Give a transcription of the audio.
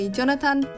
Jonathan